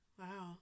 Wow